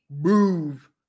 move